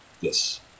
Yes